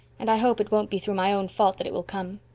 and i hope it won't be through my own fault that it will come.